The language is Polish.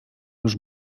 już